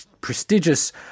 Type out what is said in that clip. prestigious